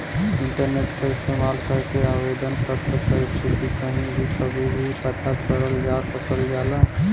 internet क इस्तेमाल करके आवेदन पत्र क स्थिति कहीं भी कभी भी पता करल जा सकल जाला